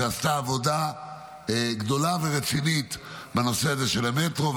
שעשתה עבודה גדולה ורצינית בנושא הזה של המטרו.